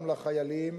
גם לחיילים